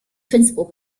principal